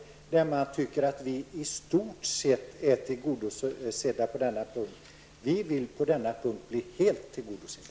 Där säger man att kraven i stort sett är tillgodosedda på denna punkt. Vi vill dock att kraven på denna punkt skall bli helt tillgodosedda.